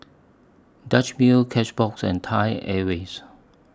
Dutch Mill Cashbox and Thai Airways